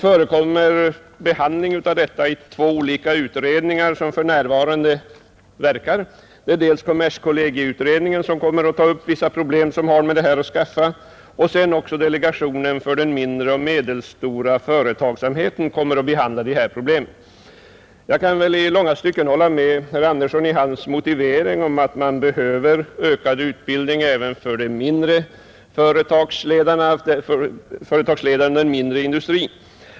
Frågor rörande det här institutet behandlas för närvarande i två olika utredningar, nämligen kommerskollegieutredningen och delegationen för den mindre och medelstora företagsamheten. Jag kan i långa stycken hålla med herr Andersson i Örebro i hans motivering för att det behövs ökad utbildning även för företagsledarna inom den mindre industrin.